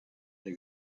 the